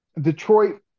Detroit